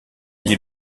dit